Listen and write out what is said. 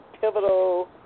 pivotal